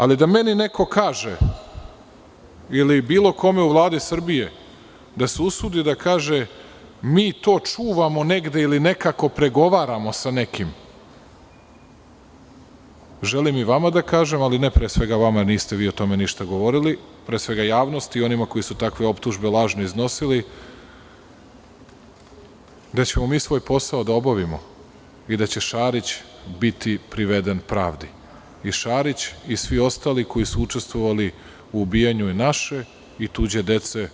Ali, da meni neko kaže ili bilo kome u Vladi Srbije da se usudi da kaže - mi to čuvamo negde ili nekako pregovaramo sa nekim, želim i vama da kažem, ali ne pre svega vama, jer niste vi o tome ništa govorili, pre svega javnosti i onima koji su takve optužbe lažno iznosili, da ćemo mi svoj posao da obavimo i da će Šarić biti priveden pravdi, i Šarić i svi ostali koji su učestvovali u ubijanju naše i tuđe dece.